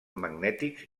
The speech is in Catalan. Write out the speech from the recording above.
magnètics